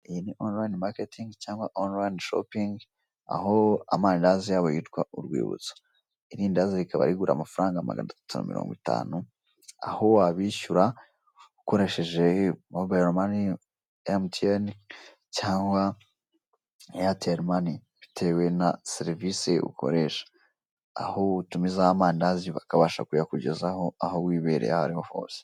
Icyapa kinini cyane cy'umutuku n'icyatsi kiri ahantu ku muhanda, kiba kiriho ivide rinini ryitwa sikoru ndetse n'abantu inyuma bari kubyina bizihiwe n'umuziki, banyweye kuri icyo kinyobwa.